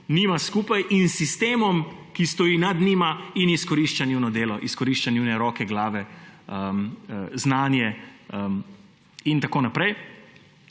njima skupaj in sistemom, ki stoji nad njima in izkorišča njuno delo, izkorišča njune roke, glave, znanje in tako naprej.